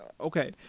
okay